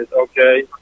okay